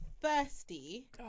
thirsty